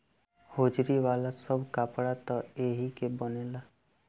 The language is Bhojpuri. होजरी वाला सब कपड़ा त एही के बनेला